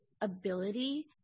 ability